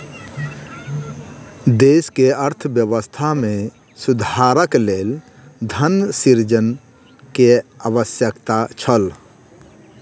देश के अर्थव्यवस्था में सुधारक लेल धन सृजन के आवश्यकता छल